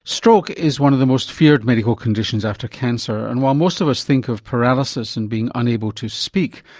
stroke is one of the most feared medical conditions after cancer, and while most of us think of paralysis and being unable to speak,